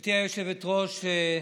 גברתי היושבת-ראש,